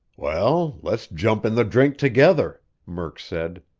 well, let's jump in the drink together, murk said.